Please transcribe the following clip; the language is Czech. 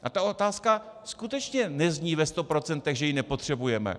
A ta otázka skutečně nezní ve sto procentech, že ji nepotřebujeme.